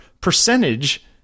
percentage